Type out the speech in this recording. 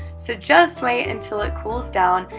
so, just wait until it cools down,